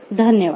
धन्यवाद